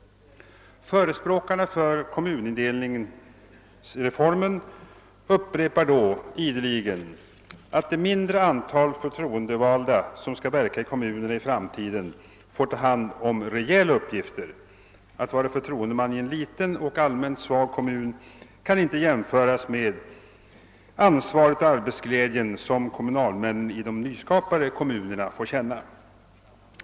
Förespråkarna för kommunindelningsreformen upprepar ideligen som ett motargument att det mindre antal förtroendevalda som skall verka i kommunerna i framtiden får ta hand om rejäla uppgifter. Att vara förtroendeman 'i en liten och allmänt svag kommun kan inte jämföras med ansvaret och arbetsglädjen som kommunalmännen i de nyskapade kommunerna får känna.